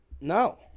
No